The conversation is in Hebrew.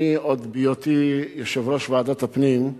עוד בהיותי יושב-ראש ועדת הפנים,